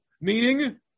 meaning